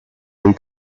lui